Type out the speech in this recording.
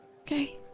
Okay